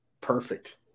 perfect